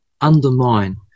undermine